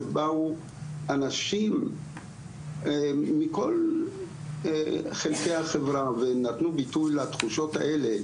שבאו אנשים מכל חלקי החברה ונתנו ביטוי לתחושות האלה